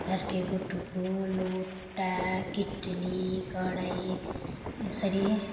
झर्के बटुको लोहोटा कित्ली कराही यसरी